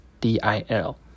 DIL